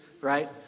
right